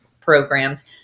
programs